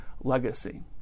legacy